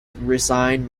resign